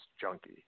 junkie